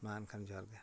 ᱢᱟ ᱮᱱᱠᱷᱟᱱ ᱡᱚᱦᱟᱨ ᱜᱮ